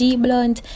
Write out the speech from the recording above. blunt